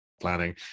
planning